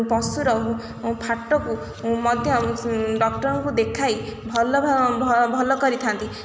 ପଶୁର ଫାଟକୁ ମଧ୍ୟ ଡକ୍ଟରଙ୍କୁ ଦେଖାଇ ଭଲ ଭଲ କରିଥାନ୍ତି